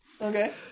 Okay